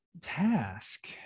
task